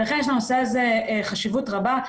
לכן יש לנושא הזה חשיבות רבה.